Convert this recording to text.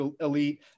elite